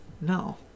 No